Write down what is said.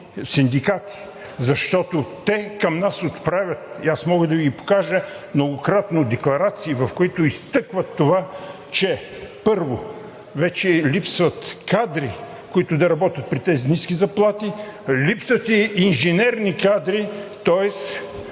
синдикати. Защото те към нас отправят – и мога да Ви покажа, многократно декларации, в които изтъкват това, че първо вече липсват кадри, които да работят при тези ниски заплати, липсват и инженерни кадри, тоест